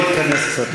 חבר'ה, בואו נתכנס קצת.